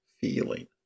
feeling